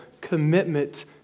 commitment